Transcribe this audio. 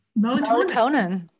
Melatonin